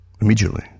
immediately